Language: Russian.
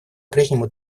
прежнему